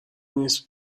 نیست